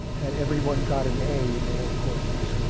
and everyone got an a in all courses.